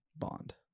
Bond